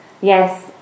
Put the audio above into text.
yes